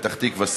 פתח תקווה,